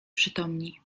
przytomni